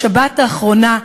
בשבת האחרונה,